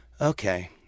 okay